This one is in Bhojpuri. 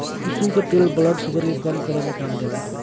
कुसुम के तेल ब्लड शुगर के कम करे में काम देला